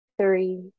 three